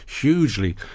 hugely